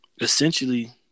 essentially